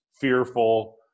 fearful